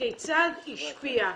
כיצד זה השפיע,